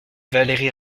valérie